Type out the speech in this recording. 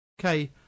Okay